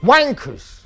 Wankers